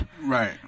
Right